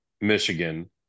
Michigan